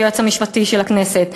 היועץ המשפטי לכנסת,